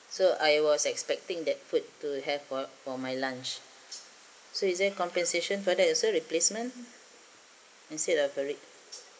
so I was expecting that food to have for for my lunch so is there compensation further also replacement instead of